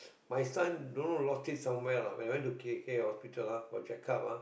my son don't know lost it somewhere lah when went to K_K-Hospital ah for checkup ah